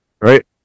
right